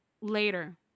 later